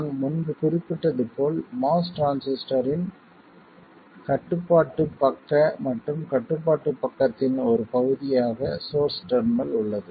நான் முன்பு குறிப்பிட்டது போல் MOS டிரான்சிஸ்டரின் கட்டுப்பாட்டுப் பக்க மற்றும் கட்டுப்பாட்டுப் பக்கத்தின் ஒரு பகுதியாக சோர்ஸ் டெர்மினல் உள்ளது